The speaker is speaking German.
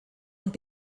und